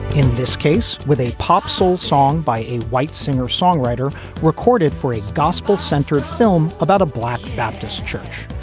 in this case, with a pop soul song by a white singer songwriter recorded for a gospel centered film about a black baptist church.